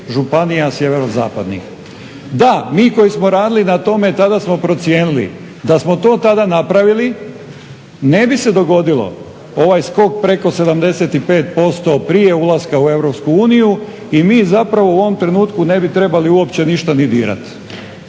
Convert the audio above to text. Da, mi koji smo radili na tome tada smo procijenili da smo to tada napravili ne bi se dogodilo ovaj skok preko 75% prije ulaska u EU i mi zapravo u ovom trenutku ne bi trebali uopće ništa ni dirati.